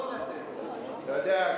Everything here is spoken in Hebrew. יודע,